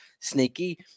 sneaky